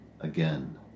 again